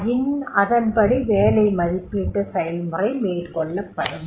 ஆயின் அதன்படி வேலை மதிப்பீட்டு செயல்முறை மேற்கொள்ளப்படும்